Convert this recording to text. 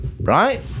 Right